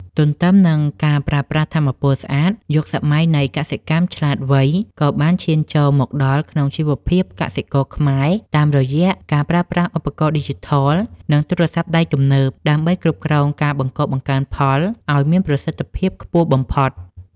ទន្ទឹមនឹងការប្រើប្រាស់ថាមពលស្អាត យុគសម័យនៃកសិកម្មឆ្លាតវៃ ក៏បានឈានចូលមកដល់ក្នុងជីវភាពកសិករខ្មែរតាមរយៈការប្រើប្រាស់ឧបករណ៍ឌីជីថល និងទូរស័ព្ទដៃទំនើប ដើម្បីគ្រប់គ្រងការបង្កបង្កើនផលឱ្យមានប្រសិទ្ធភាពខ្ពស់បំផុត។